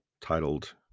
titled